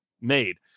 made